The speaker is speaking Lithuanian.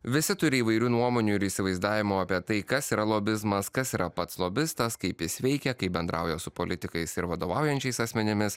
visi turi įvairių nuomonių ir įsivaizdavimų apie tai kas yra lobizmas kas yra pats lobistas kaip jis veikia kaip bendrauja su politikais ir vadovaujančiais asmenimis